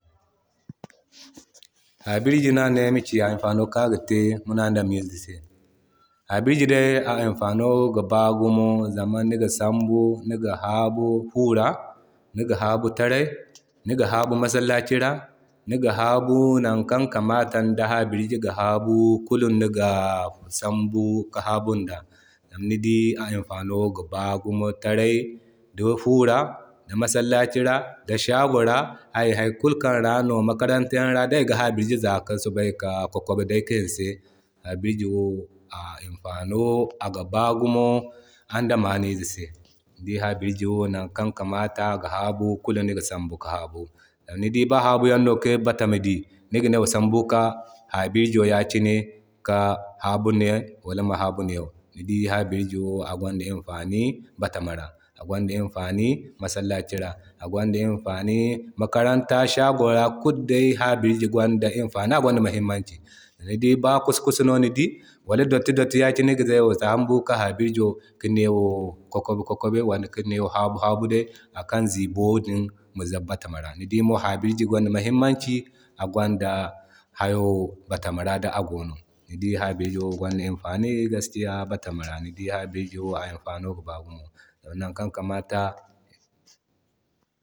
Habirje no ane ayma ci imfano kan aga te munadamayze se. Habirji day a imfano ga ba gumo zama niga sambu niga haabu fura niga haabu taray niga haabu masallaci ra niga haabu nankan kamatan da habirji ga habu kulu niga sambu ka haabunda. Zama ni dii a imfano ga baa gumo taray da furay da masallaci ra di shago ra hay! haykul kan ra no makaranta ra no day iga habirji sambu ki sobay ki kwakwabe day ki hinse. Habirji wo a imfano ga ba gumo andamize se. Ni dii habirji wo nan kan kamata kulu niga sambu ki habu. Zama ba ni dii habu yaŋ ki batama dii niga ne ima sambu ka kaa habirjo ka haabu ne wala nima haabu ne. Ni dii haabirjo agwanda imfani batama ra, agwanda imfani masallaci ra, agwanda imfani makaranta shago ra kulu day habirji gwand imfani agwanda muhimmanci. Ni dii ba day kusa-kusa no ni di wala datti-datti yakine niga ne ima sambu ki kaa habirjo ki newo kwakwabe day yakine wala ki newo habu habu day yakine akan zibo din ma zabu batama ra. Ni dii mo habirji gwand muhimmanci agwanda hayo batama ra da gono, ni dii habirji wo agwanda imfani gaskiya batama ra, ni dii habirji wo a imfano ga baa gumo, wala nan kan kamata.